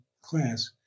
class